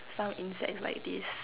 some insects like this